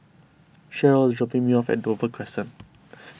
Sheryl is dropping me off at Dover Crescent